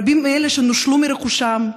רבים מאלה שנושלו מרכושם,